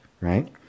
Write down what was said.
right